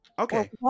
Okay